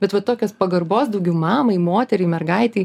bet va tokios pagarbos daugiau mamai moteriai mergaitei